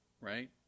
right